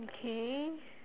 okay